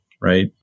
Right